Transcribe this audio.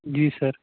جی سَر